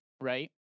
right